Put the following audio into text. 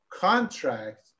contract